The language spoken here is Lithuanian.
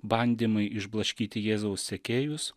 bandymai išblaškyti jėzaus sekėjus